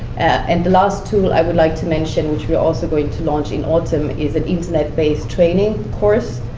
and the last tool i would like to mention, which we are also going to launch in autumn, is an internet-based training course,